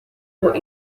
ngo